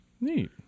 Neat